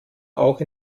auch